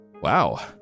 Wow